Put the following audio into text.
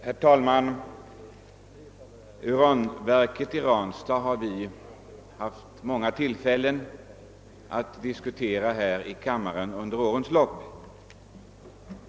Herr talman! Under årens lopp har vi vid många tillfällen diskuterat uranverket i Ranstad här i kammaren.